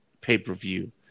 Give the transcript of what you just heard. pay-per-view